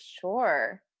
sure